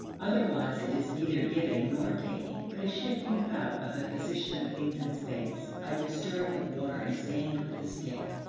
otherwise, it is neither giving nor taking, but a shifting about of the position of things in space, like the stirring of water and sand with a stick.